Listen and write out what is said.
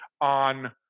on